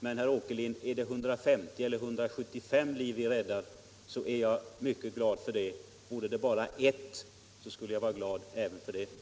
Men, herr Åkerlind, är det 150 eller 175 liv bältena räddar är jag mycket glad; och för vart och ett liv som räddas får man vara glad.